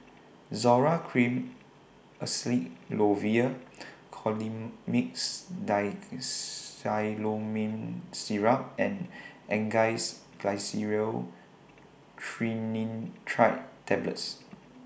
Zoral Cream Acyclovir Colimix Dicyclomine Syrup and Angised Glyceryl Trinitrate Tablets